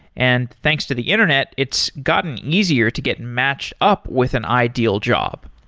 and thanks to the internet, it's gotten easier to get matched up with an ideal job.